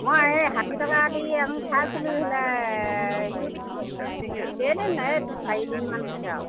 মই এই ষাঠি টকা দি আমি খাইছিলোঁ কেইদিন এই চাৰি দিনমান হৈছে আৰু